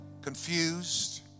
confused